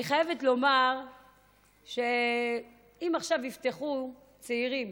אני חייבת לומר שאם עכשיו יפתחו צעירים